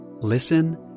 Listen